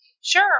Sure